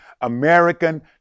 american